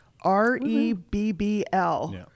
r-e-b-b-l